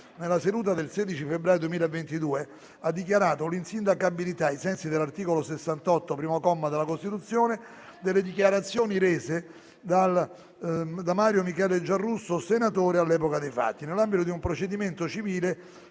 nella seduta del 16 febbraio 2022, ha dichiarato l'insindacabilità - ai sensi dell'articolo 68, primo comma, della Costituzione - delle dichiarazioni rese da Mario Michele Giarrusso, senatore all'epoca dei fatti, nell'ambito di un procedimento civile